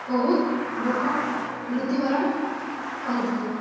ବହୁତ ଲୋକ ମୃତ୍ୟୁବରଣ କରିଥିଲେ